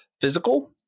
physical